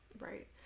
Right